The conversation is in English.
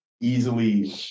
easily